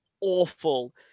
awful